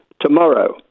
tomorrow